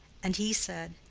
and he said,